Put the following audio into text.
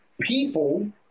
people